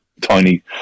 tiny